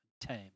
tame